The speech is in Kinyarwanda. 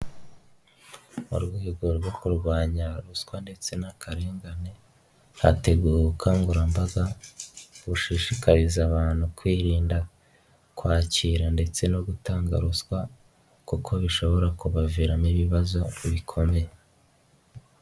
Mu rwego rwo kurwanya ruswa ndetse n'akarengane, hateguwe ubukangurambaga, bushishikariza abantu kwirinda, kwakira ndetse no gutanga ruswa, kuko bishobora kubaviramo ibibazo bikomeye.